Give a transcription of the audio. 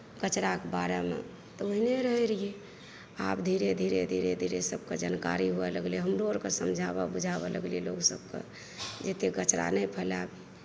कचराक बारेमे तऽ ओहने रहै रहियै आब धीरे धीरे धीरे धीरे सब कऽ जनकारी हुअ लगलै हमरो आर कऽ समझाबऽ बुझाबऽ लगलियै लोग सब कऽ जे एतेक कचरा नहि फैला